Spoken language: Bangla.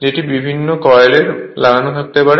যেটি বিভিন্ন কয়েল লাগানো থাকতে পারে